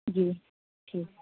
جی ٹھیک